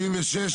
הצבעה לא אושר.